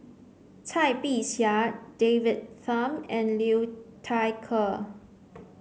Cai Bixia David Tham and Liu Thai Ker